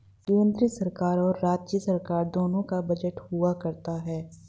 केन्द्र सरकार और राज्य सरकार दोनों का बजट हुआ करता है